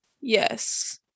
Yes